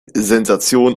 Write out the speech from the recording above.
sensation